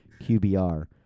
QBR